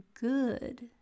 good